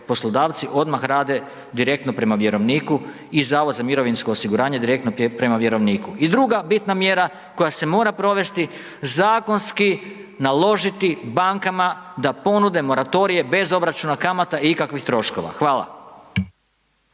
poslodavci odmah rade direktno prema vjerovniku i Zavod za mirovinski osiguranje direktno prema vjerovniku. I druga bitna mjera koja se mora provesti, zakonski naložiti bankama da ponude moratorije bez obračuna kamata i ikakvih troškova, hvala.